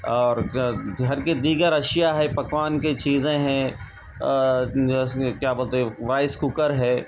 اور گھر کے دیگر اشیا ہے پکوان کی چیزیں ہیں جو ہے سو کیا بولتے ہیں رائس کوکر ہے